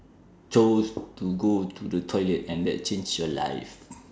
chose to go to the toilet and that changed your life